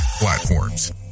platforms